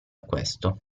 questo